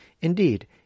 Indeed